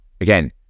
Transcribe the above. Again